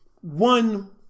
one